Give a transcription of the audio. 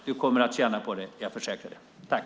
Du kommer att tjäna på det, det försäkrar jag.